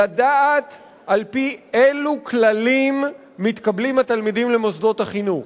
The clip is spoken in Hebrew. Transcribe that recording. לדעת על-פי אילו כללים מתקבלים התלמידים למוסדות החינוך.